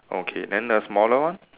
okay then the smaller one